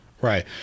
Right